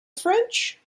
french